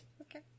Okay